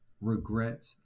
Regret